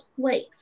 place